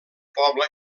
poble